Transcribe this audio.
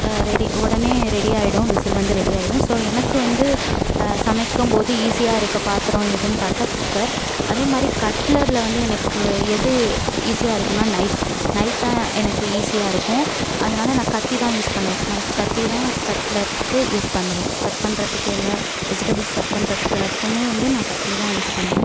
ready உடனே ரெடியாகிடும் whistle வந்து ரெடியாகிடும் ஸோ எனக்கு வந்து சமைக்கும் போது ஈஸியாருக்க பத்திரோம் எதுன்னு பார்த்தா குக்கர் அதேமாதிரி கட்லரில் வந்து எனக்கு எது ஈஸியாருக்கும்ன்னா நைஃப் நைஃப் தான் எனக்கு ஈஸியாருக்கும் அதனால் நான் கத்தி தான் யூஸ் பண்ணுவேன் நைஃப் கத்தி தான் கட்லர்க்கு யூஸ் பண்ணுவேன் கட் பண்ணுறதுக்கு எல்லா விஜிடபிள்ஸ் கட் பண்ணுறதுக்கு எல்லாத்துக்குமே வந்து நான் கத்தியை தான் யூஸ் பண்ணுவேன்